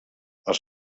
els